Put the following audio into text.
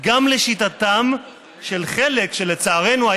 גם לשיטתם של חלק משופטי העליון,